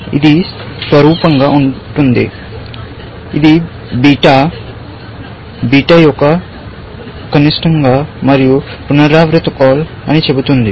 ఇది సారూప్యంగా ఉంటుంది ఇది బీటా బీటా యొక్క నిమిషం మరియు పునరావృత కాల్ అని చెబుతుంది